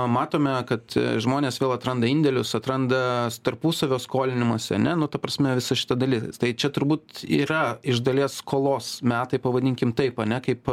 matome kad žmonės vėl atranda indėlius atranda tarpusavio skolinimąsi ane nu ta prasme visa šita dalis tai čia turbūt yra iš dalies skolos metai pavadinkim taip ane kaip